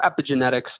epigenetics